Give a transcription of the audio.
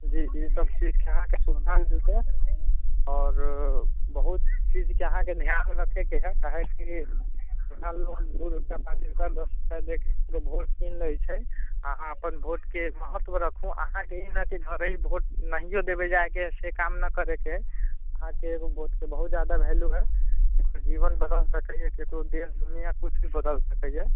जी जी सबचीजके अहाँके सुविधा मिलतै आओर बहुत चीजके अहाँके धियान रखैके हैत काहेकि दो चारि लोक दू रुपैआ पाँच रुपैआ दस रुपैआ दऽ कऽ वोट कीनि लै छै अहाँ अपन वोटके महत्व राखू अहाँके ई नहि कि घरे वोट नहिओ देबै जाकऽ से काम नहि करैके अइ अहाँके एगो वोटके बहुत ज्यादा वैल्यू हइ जीवन बदलि सकैए ककरो देश दुनिया किछु भी बदलि सकैए